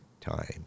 time